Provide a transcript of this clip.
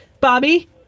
Bobby